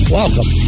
welcome